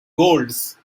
golds